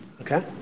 Okay